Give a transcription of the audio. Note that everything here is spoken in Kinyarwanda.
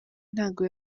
ntago